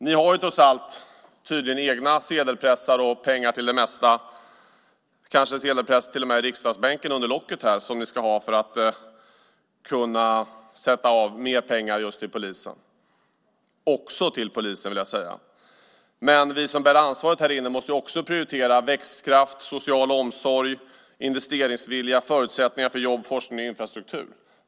Man har trots allt tydligen egna sedelpressar och pengar till det mesta, kanske till och med en sedelpress i riksdagsbänken under locket, som man ska ha för att kunna sätta av mer pengar också till polisen. Men vi härinne som bär ansvaret måste också prioritera växtkraft, social omsorg, investeringsvilja, förutsättningar för jobb, forskning och infrastruktur.